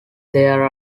there